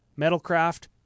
Metalcraft